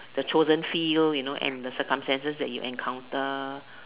the chosen field you know and the circumstances that you encounter